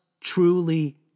truly